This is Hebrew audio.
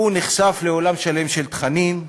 הוא נחשף לעולם שלם של תכנים,